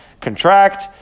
contract